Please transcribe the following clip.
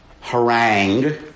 harangue